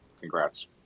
congrats